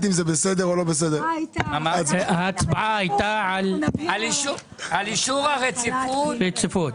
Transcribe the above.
ההצבעה הייתה על אישור הרציפות.